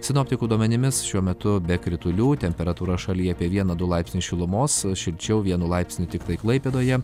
sinoptikų duomenimis šiuo metu be kritulių temperatūra šalyje apie vieną du laipsnius šilumos šilčiau vienu laipsniu tiktai klaipėdoje